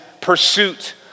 pursuit